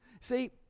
See